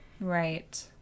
Right